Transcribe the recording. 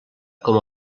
com